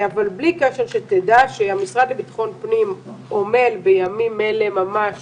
אבל בלי קשר שתדע שהמשרד לביטחון פנים עומל בימים אלה ממש